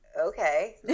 okay